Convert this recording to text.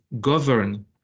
govern